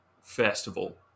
festival